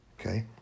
okay